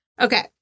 Okay